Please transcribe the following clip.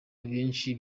benshi